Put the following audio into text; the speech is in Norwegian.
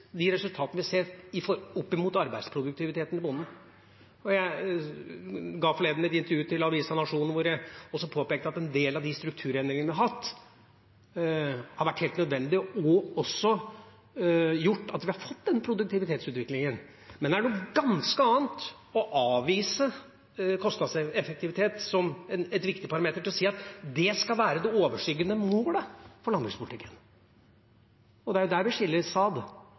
de strukturendringene vi har hatt, har vært helt nødvendige og også gjort at vi har fått den produktivitetsutviklingen. Det er noe ganske annet å avvise kostnadseffektivitet som en viktig parameter til å si at det skal være det overskyggende målet for landbrukspolitikken. Og det er der vi